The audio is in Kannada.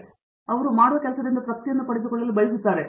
ಏಕೆಂದರೆ ಅವರು ಮಾಡುವ ಕೆಲಸದಿಂದ ತೃಪ್ತಿಯನ್ನು ಪಡೆದುಕೊಳ್ಳಲು ಬಯಸುತ್ತಾರೆ